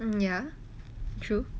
ya true